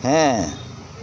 ᱦᱮᱸ